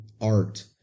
art